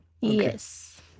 Yes